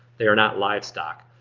they are not livestock.